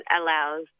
allows